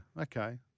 Okay